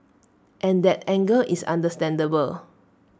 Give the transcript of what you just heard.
and that anger is understandable